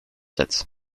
sept